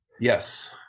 yes